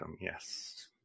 yes